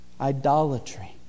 idolatry